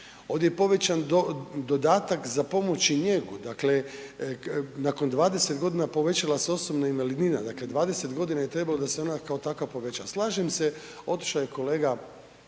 ovdje je povećan dodatak za pomoć i njegu, dakle nakon 20.g. povećala se osobna invalidnina, dakle 20.g. je trebalo da se ona kao takva poveća. Slažem se, otišao je kolega